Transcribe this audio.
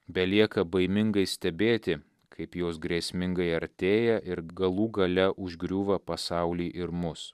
belieka baimingai stebėti kaip jos grėsmingai artėja ir galų gale užgriūva pasaulį ir mus